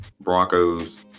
Broncos